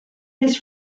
his